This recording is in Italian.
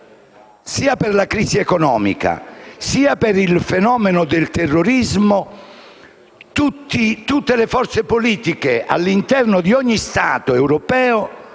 sia per la crisi economica sia per il fenomeno del terrorismo, tutte le forze politiche all'interno di ogni Stato europeo